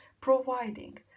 Providing